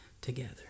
together